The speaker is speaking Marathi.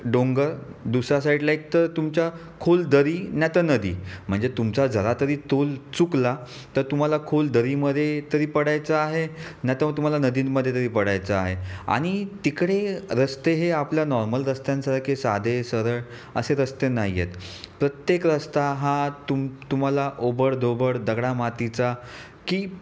डोंगर दुसऱ्या सायडला एक तर तुमच्या खोल दरी नाही तर नदी म्हणजे तुमचा जरा तरी तोल चुकला तर तुम्हाला खोल दरीमध्ये तरी पडायचं आहे नाही तर मग तुम्हाला नदींमध्ये तरी पडायचं आहे आणि तिकडे रस्ते हे आपल्या नॉर्मल रस्त्यांसारखे साधे सरळ असे रस्ते नाही आहेत प्रत्येक रस्ता हा तुम तुम्हाला ओबड धोबड दगडा मातीचा की